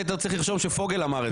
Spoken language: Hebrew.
היית צריך לרשום שפוגל אמר את זה.